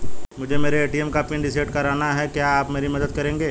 मुझे मेरे ए.टी.एम का पिन रीसेट कराना है क्या आप मेरी मदद करेंगे?